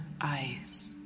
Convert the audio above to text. eyes